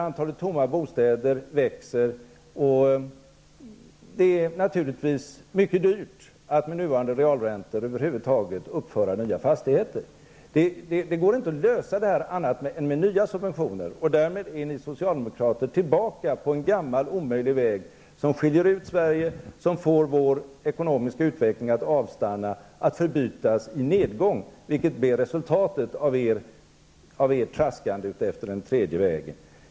Antalet tomma bostäder växer, och det är naturligtvis med nuvarande realräntor mycket dyrt att över hvud taget uppföra nya fastigheter. Det går inte att lösa problemet annat än med nya subventioner. Därmed är socialdemokraterna tillbaka på en gammal omöjlig väg, som skiljer ut Sverige, som får vår ekonomiska utveckling att avstanna och förbytas i en nedgång, vilket ju blir resultatet av ert traskande efter den tredje vägen.